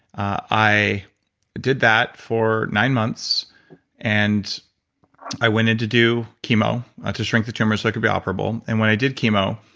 i did that for nine months and i went in to do chemo to shrink the tumor so it could be operable. and when i did chemo,